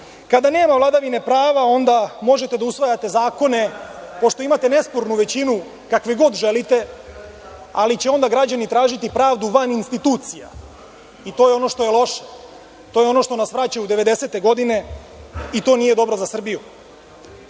kada nema vladavine prava, onda možete da usvajate zakone, pošto imate nespornu većinu, kakve god želite, ali će onda građani tražiti pravdu van institucija i to je ono što je loše, to je ono što nas vraća u 90-e godine i to nije dobro za Srbiju. Suština